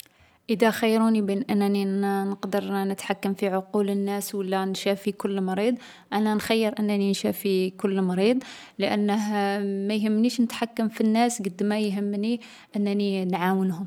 ﻿إذا خيروني بين أنني نقدر نتحكم في عقول الناس ولا نشافي كل مريض، أنا نخير أنني نشافي كل مريض لأنه ما يهمنيش نتحكم في الناس قد ما يهمني أنني نعاونهم.